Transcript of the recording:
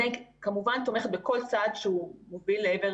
אני כמובן תומכת בכל צעד שמוביל לעבר